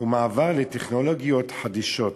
ומעבר לטכנולוגיות חדישות,